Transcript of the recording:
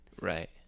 Right